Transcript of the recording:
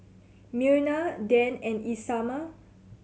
Myrna Dan and Isamar